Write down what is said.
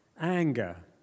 anger